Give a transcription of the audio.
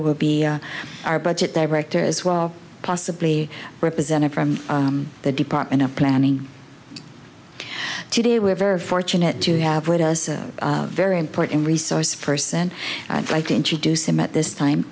will be our budget director as well possibly represented from the department of planning today we're very fortunate to have with us a very important resource person i'd like introduce him at this time